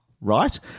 Right